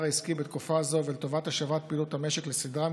העסקי בתקופה זו ולטובת השבת פעילות המשק לסדרה,